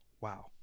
Wow